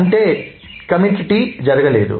అంటే commit T జరగలేదు